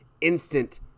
instant